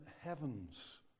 heavens